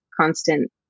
constant